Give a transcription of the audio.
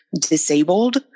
disabled